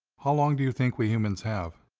how long do you think we humans have?